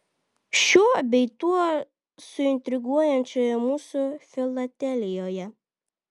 šiuo bei tuo suintriguojančioje mūsų filatelijoje